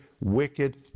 wicked